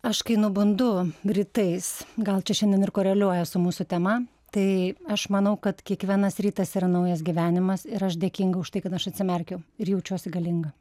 aš kai nubundu rytais gal čia šiandien ir koreliuoja su mūsų tema tai aš manau kad kiekvienas rytas yra naujas gyvenimas ir aš dėkinga už tai kad aš atsimerkiau ir jaučiuosi galinga